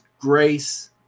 grace